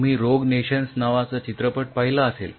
तुम्ही rogue nations नावाचा चित्रपट पहिला असेल